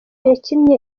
yakiniye